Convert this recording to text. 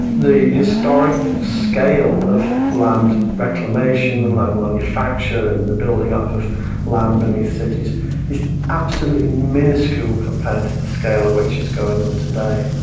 the historic scale of land reclamation and land manufacture and the building up of land beneath cities is absolutely minuscule compared to the scale of which is going on today.